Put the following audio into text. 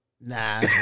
Nah